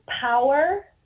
power